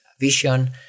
vision